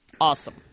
Awesome